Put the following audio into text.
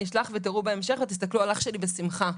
אני אשלח ותראו בהמשך ותסתכלו על אח שלי בשמחה.